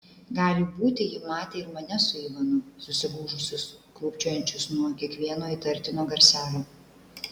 gali būti ji matė ir mane su ivanu susigūžusius krūpčiojančius nuo kiekvieno įtartino garselio